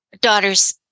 daughter's